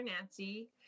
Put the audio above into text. Nancy